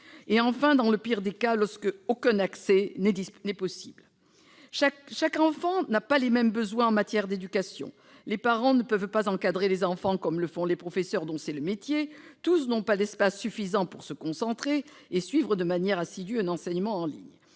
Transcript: ou, dans le pire des cas, lorsqu'aucun accès n'est possible. Tous les enfants n'ont pas les mêmes besoins en matière d'éducation. Les parents ne peuvent pas encadrer les enfants comme le font les professeurs, dont c'est le métier. Tous les élèves ne disposent pas d'un espace suffisant pour se concentrer et suivre de manière assidue un enseignement en ligne.